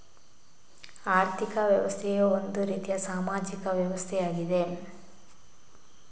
ಆರ್ಥಿಕ ವ್ಯವಸ್ಥೆಯು ಒಂದು ರೀತಿಯ ಸಾಮಾಜಿಕ ವ್ಯವಸ್ಥೆಯಾಗಿದೆ